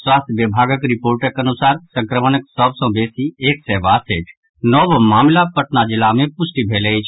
स्वास्थ्य विभाग रिपोर्ट अनुसार संक्रमणक सभ सँ बेसी एक सय बासठि नव मामिला पटना जिला मे पुष्टि भेल अछि